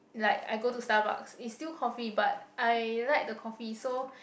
like I go to Starbucks it's still coffee but I like the coffee so